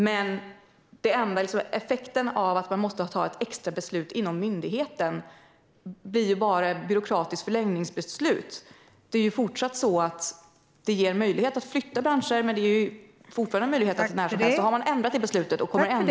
Men effekten av att man måste ta ett extra beslut inom myndigheten blir ju bara ett byråkratiskt förlängningsbeslut. Det ger en möjlighet att flytta branscher, men det är fortfarande en möjlighet att det sker när som helst.